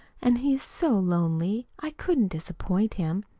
and he is so lonely i couldn't disappoint him.